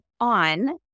on